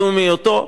לאומיותו,